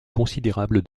considérable